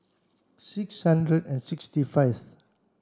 six hundred and sixty five